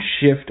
shift